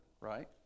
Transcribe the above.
right